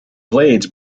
blades